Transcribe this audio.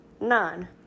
Nine